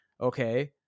Okay